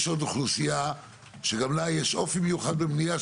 יש עוד אוכלוסייה שגם לה יש אופי מיוחד בבנייה,